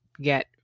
get